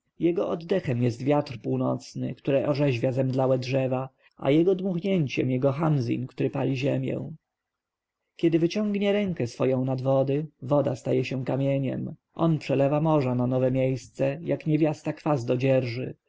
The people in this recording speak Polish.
oddechem jest wiatr północny który orzeźwia zemdlałe drzewa a jego dmuchnięciem jest chamzin który pali ziemię kiedy wyciągnie rękę swoją nad wody woda staje się kamieniem on przelewa morza na nowe miejsce jak niewiasta kwas do dzieży